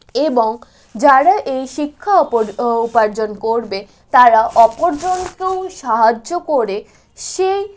এবং যারা এই শিক্ষা উপার্জন করবে তারা অপরজনকেও সাহায্য করে সেই